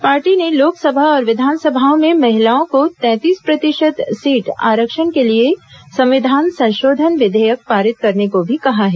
party ने लोकसभा और विधानसभाओं में महिलाओं को तैंतीस प्रतिशत सीट आरक्षण के लिए संविधान संशोधन विधेयक पारित करने को भी कहा है